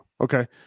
Okay